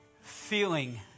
feeling